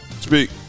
Speak